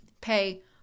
pay